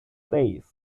days